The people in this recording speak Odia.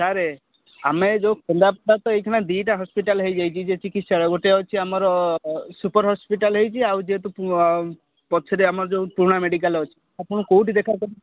ସାର ଆମେ ଯେଉଁ କେନ୍ଦ୍ରାପଡ଼ା ତ ଏବେ ଦୁଇଟା ହସ୍ପିଟାଲ ହୋଇଯାଇଛି ଯେ ଚିକିତ୍ସାଳୟ ଗୋଟେ ହେଉଛି ଆମର ସୁପର ହସ୍ପିଟାଲ୍ ହୋଇଛି ଆଉ ଯେହେତୁ ପଛରେ ଆମର ଯେଉଁ ପୁରୁଣା ମେଡ଼ିକାଲ ଅଛି ଆପଣ କେଉଁଠି ଦେଖା କରିବି